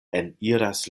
eniras